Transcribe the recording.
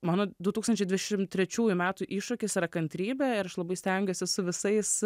mano du tūkstančiai dvidešim trečiųjų metų iššūkis yra kantrybė ir aš labai stengiuosi su visais